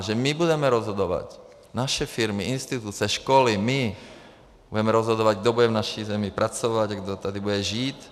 Že my budeme rozhodovat, naše firmy, instituce, školy, my budeme rozhodovat, kdo bude v naší zemi pracovat a kdo tady bude žít.